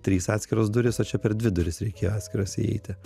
trys atskiros durys o čia per dvi duris reikėjo atskiras įeiti